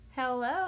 Hello